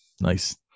nice